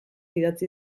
idatzi